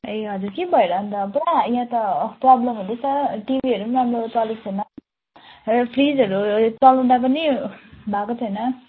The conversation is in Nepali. ए हजुर के भएर अन्त पुरा यहाँ त प्रब्लम हुँदैछ टिभीहरू पनि राम्रो चलेको छैन र फ्रिजहरू चलाउँदा पनि भएको छैन